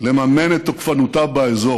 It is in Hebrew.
לממן את תוקפנותה באזור.